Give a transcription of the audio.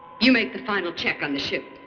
you make the final check on the ship.